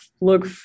look